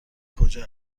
کجا